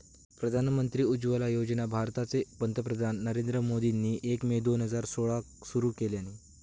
प्रधानमंत्री उज्ज्वला योजना भारताचे पंतप्रधान नरेंद्र मोदींनी एक मे दोन हजार सोळाक सुरू केल्यानी